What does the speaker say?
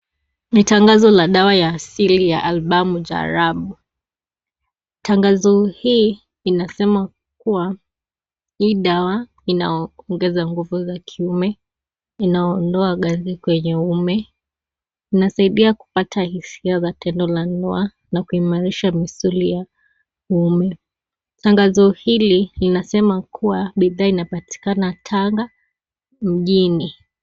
Ni tango la dawa ya asili ya Albam Jarab. Tangazo hii inasema kuwa hii dawa inaongeza nguvu za kiume, inaondoa kasi kwenye uume, inasaidia kupata hisia za tendo la ndoa na kuimarisha misuli ya uume. Tangazo hili linasema kuwa bidhaa inapatikana Tanga mjini.